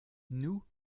nous